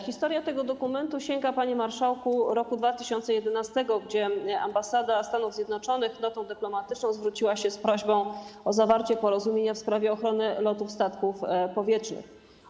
Historia tego dokumentu sięga, panie marszałku, roku 2011, kiedy Ambasada Stanów Zjednoczonych notą dyplomatyczną zwróciła się z prośbą o zawarcie porozumienia w sprawie ochrony lotów statków powietrznych.